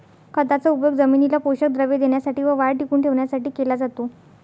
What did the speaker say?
खताचा उपयोग जमिनीला पोषक द्रव्ये देण्यासाठी व वाढ टिकवून ठेवण्यासाठी केला जातो